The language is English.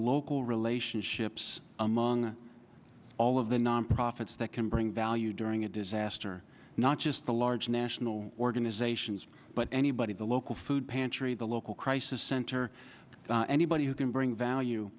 local relationships among all of the nonprofits that can bring value during a disaster not just the large national organizations but anybody the local food pantry the local crisis center anybody who can bring value